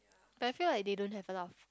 but I feel like they don't have a lot of